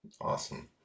Awesome